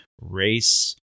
race